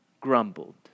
grumbled